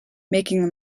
making